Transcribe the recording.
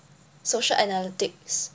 social analytics